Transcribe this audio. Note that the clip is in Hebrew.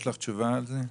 יש לך תשובה על זה?